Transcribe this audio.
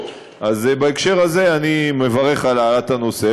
אז בהקשר הזה אני מברך על העלאת הנושא,